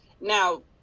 Now